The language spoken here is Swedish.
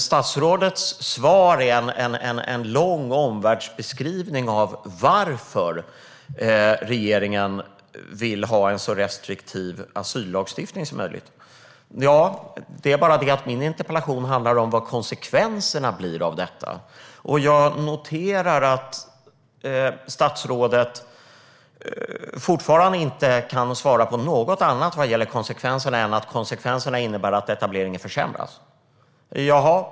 Statsrådets svar är en lång omvärldsbeskrivning av varför regeringen vill ha en så restriktiv asyllagstiftning som möjligt. Min interpellation handlar om vad konsekvenserna blir av detta. Jag noterar att statsrådet fortfarande inte kan svara något annat vad gäller konsekvenserna än att etableringen försämras.